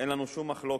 אין לנו שום מחלוקת,